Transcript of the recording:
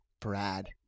Brad